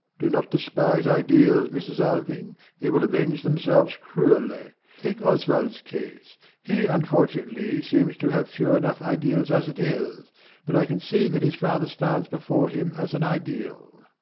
do not despise ideals, mrs. alving they will avenge themselves cruelly. take oswald's case he, unfortunately, seems to have few enough ideals as it is but i can see that his father stands before him as an ideal.